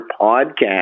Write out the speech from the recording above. podcast